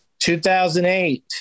2008